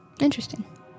interesting